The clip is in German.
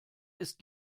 ist